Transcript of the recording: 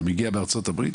אתה מגיע בארצות הברית,